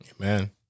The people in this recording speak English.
Amen